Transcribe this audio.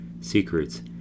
secrets